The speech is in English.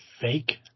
fake